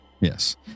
Yes